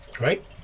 right